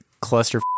cluster